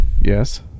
Yes